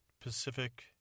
Pacific